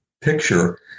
picture